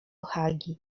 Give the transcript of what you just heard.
hagi